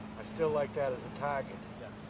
i still like that as target.